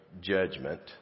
judgment